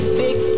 big